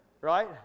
right